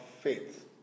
faith